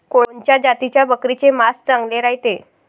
कोनच्या जातीच्या बकरीचे मांस चांगले रायते?